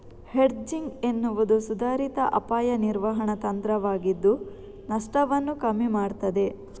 hedging ಎನ್ನುವುದು ಸುಧಾರಿತ ಅಪಾಯ ನಿರ್ವಹಣಾ ತಂತ್ರವಾಗಿದ್ದು ನಷ್ಟವನ್ನ ಕಮ್ಮಿ ಮಾಡ್ತದೆ